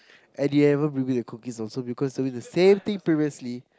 and you haven't being me the cookies also because we were in the same team previously